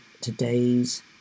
today's